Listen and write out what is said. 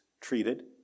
treated